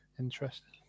Interesting